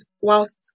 whilst